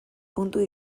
puntua